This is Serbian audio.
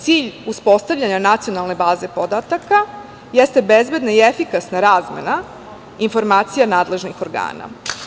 Cilj uspostavljanja nacionalne baze podataka jeste bezbedna i efikasna razmena informacija nadležnih organa.